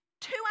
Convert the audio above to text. two